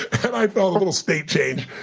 and i felt a little state change,